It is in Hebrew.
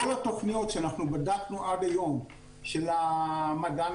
בכל התוכניות שאנחנו בדקנו עד היום של המדען